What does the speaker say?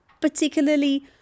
particularly